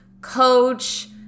coach